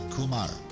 Kumar